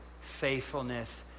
faithfulness